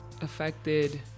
affected